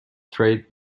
trade